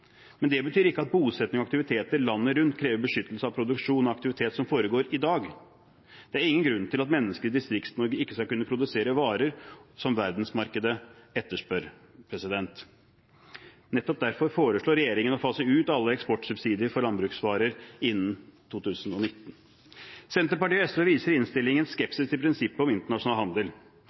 men det betyr ikke at bosetting og aktivitet landet rundt krever beskyttelse av produksjon og aktivitet som foregår i dag. Det er ingen grunn til at mennesker i Distrikts-Norge ikke skal kunne produsere varer som verdensmarkedet etterspør. Nettopp derfor foreslår regjeringen å fase ut alle eksportsubsidier for landbruksvarer innen 2019. Senterpartiet og SV viser i innstillingen skepsis til prinsippet om internasjonal handel.